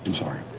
sorry.